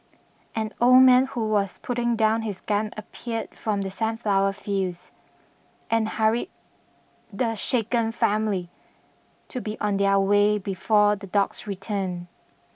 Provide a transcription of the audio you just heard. an old man who was putting down his gun appeared from the sunflower fields and hurried the shaken family to be on their way before the dogs return